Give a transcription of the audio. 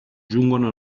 giungono